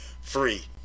free